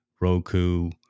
Roku